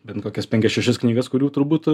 bent kokias penkias šešias knygas kurių turbūt